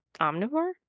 omnivore